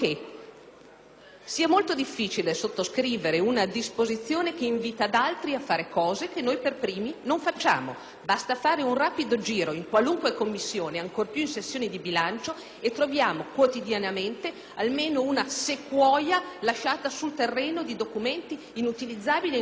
sia molto difficile sottoscrivere una disposizione che invita altri a fare cose che noi per primi non facciamo. Basta fare un rapido giro in qualunque Commissione, ancor più nel corso della sessione di bilancio, per trovare quotidianamente almeno una sequoia di documenti inutilizzabili ed inutilizzati